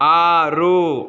ಆರು